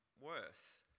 worse